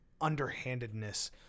underhandedness